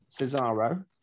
Cesaro